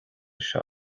seo